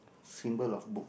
symbol of book